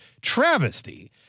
travesty